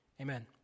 amen